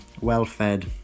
well-fed